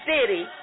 city